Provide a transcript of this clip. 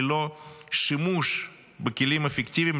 ללא שימוש בכלים האפקטיביים,